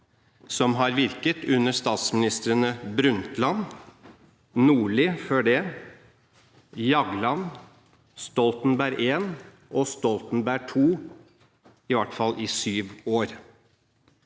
som har virket under statsministrene Harlem Brundtland, Nordli før det, Jagland, Stoltenberg I og Stoltenberg II, i hvert fall i syv år.